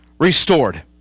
restored